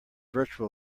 virtual